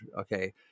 okay